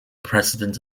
president